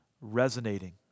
resonating